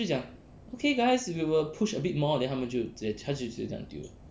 他们就讲 okay guys we will push a bit more 然后他就直接这样丢了